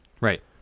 Right